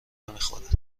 نمیخورد